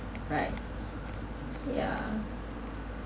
right yeah